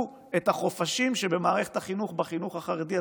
את החופשות שבמערכת החינוך בחינוך החרדי עצמאי,